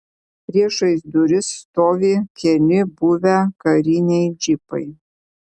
priešais duris stovi keli buvę kariniai džipai